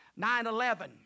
9-11